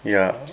ya